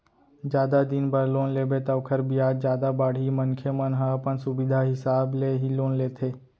जादा दिन बर लोन लेबे त ओखर बियाज जादा बाड़ही मनखे मन ह अपन सुबिधा हिसाब ले ही लोन लेथे